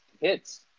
hits